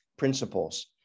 principles